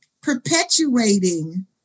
perpetuating